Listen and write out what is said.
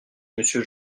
monsieur